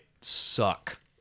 suck